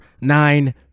nine